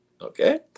okay